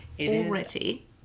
Already